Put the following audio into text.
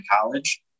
college